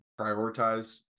prioritize